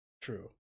True